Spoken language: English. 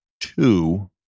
two